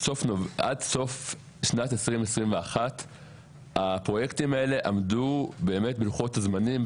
סוף שנת 2021 הפרויקטים האלה עמדו בלוחות הזמנים,